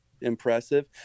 impressive